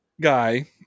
guy